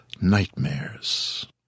nightmares